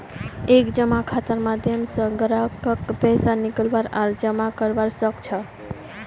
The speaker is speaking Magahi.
एक जमा खातार माध्यम स ग्राहक पैसा निकलवा आर जमा करवा सख छ